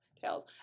tails